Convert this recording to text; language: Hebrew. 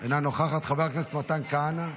אינה נוכחת, חבר הכנסת מתן כהנא,